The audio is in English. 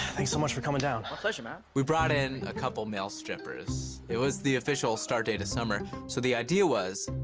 thanks so much for coming down. my pleasure, man. we brought in a couple male strippers. it was the official start date of summer, so the idea was,